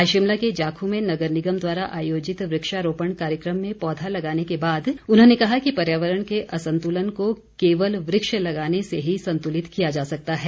आज शिमला के जाखू में नगर निगम द्वारा आयोजित वक्षारोपण कार्यक्रम में पौधा लगाने के बाद उन्होंने कहा कि पर्यावरण के असंतुलन को केवल वृक्ष लगाने से ही संतुलित किया जा सकता है